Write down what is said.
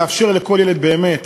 לאפשר לכל ילד באמת